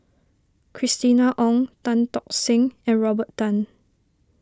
Christina Ong Tan Tock Seng and Robert Tan